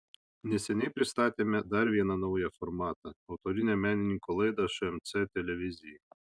neseniai pristatėme dar vieną naują formatą autorinę menininko laidą šmc televizijai